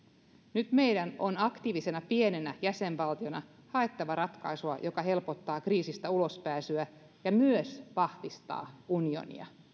nyt meidän on aktiivisena pienenä jäsenvaltiona haettava ratkaisua joka helpottaa kriisistä ulospääsyä ja myös vahvistaa unionia